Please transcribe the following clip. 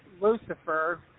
Lucifer